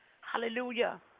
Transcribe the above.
Hallelujah